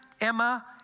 Emma